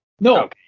No